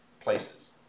places